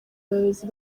abayobozi